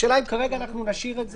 השאלה אם כרגע נשאיר את זה?